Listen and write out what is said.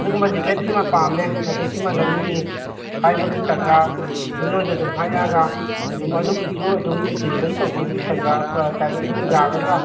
ꯑꯗꯨꯒꯨꯝꯕ ꯖꯦꯛꯀꯦꯠ ꯁꯤꯃ ꯄꯥꯝꯃꯦ ꯅꯠꯇ꯭ꯔ ꯁꯤꯃ ꯂꯧꯅꯤꯡꯉꯤ ꯍꯥꯏꯕꯒꯤ ꯇꯟꯖꯥ ꯑꯗꯒꯤ ꯅꯣꯏꯗ ꯑꯗꯨꯝ ꯍꯥꯏꯔꯛꯑꯒ ꯑꯗꯨꯝ ꯑꯗꯨꯒꯤꯁꯨ ꯑꯗꯨꯝ ꯗꯦꯂꯤꯕꯔꯤ ꯇꯧꯕꯒꯤ ꯇꯟꯖꯥ ꯑꯗꯨꯝ ꯌꯥꯒꯗ꯭ꯔꯥ